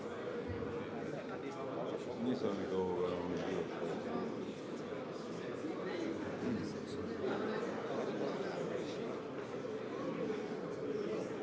Hvala vama.